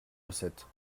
recettes